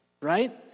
Right